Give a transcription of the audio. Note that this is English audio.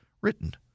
written